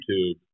YouTube